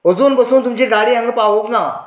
अजून पसून तुमची गाडी हांगा पावूंक ना